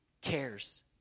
cares